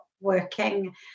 working